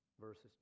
verses